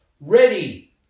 ready